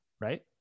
Right